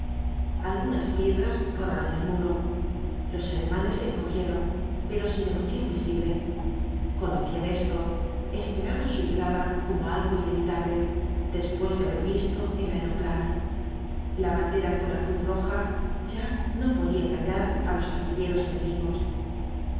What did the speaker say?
algunas piedras rodaron del muro los alemanes se encogieron pero sin emoción visible conocían esto esperaban su llegada como algo inevitable después de haber visto el aeroplano la bandera con la cruz roja ya no podía engañar á los artilleros enemigos